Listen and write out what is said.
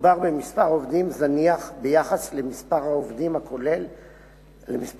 מדובר במספר עובדים זניח ביחס למספר הכולל של